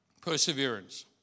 Perseverance